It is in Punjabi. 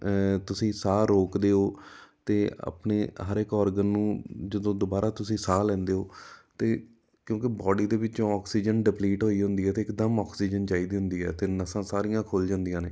ਤੁਸੀਂ ਸਾਹ ਰੋਕਦੇ ਹੋ ਅਤੇ ਆਪਣੇ ਹਰ ਇੱਕ ਔਰਗਨ ਨੂੰ ਜਦੋਂ ਦੁਬਾਰਾ ਤੁਸੀਂ ਸਾਹ ਲੈਂਦੇ ਹੋ ਅਤੇ ਕਿਉਂਕਿ ਬੌਡੀ ਦੇ ਵਿੱਚੋਂ ਔਕਸੀਜਨ ਡਪਲੀਟ ਹੋਈ ਹੁੰਦੀ ਹੈ ਅਤੇ ਇੱਕਦਮ ਆਕਸੀਜਨ ਚਾਹੀਦੀ ਹੁੰਦੀ ਹੈ ਅਤੇ ਨਸਾਂ ਸਾਰੀਆਂ ਖੁੱਲ੍ਹ ਜਾਂਦੀਆਂ ਨੇ